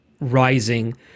rising